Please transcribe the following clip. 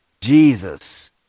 Jesus